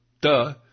duh